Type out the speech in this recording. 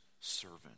servant